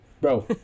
Bro